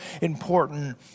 important